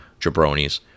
jabronis